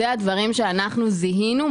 אלה הדברים שאנחנו זיהינו,